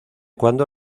cuando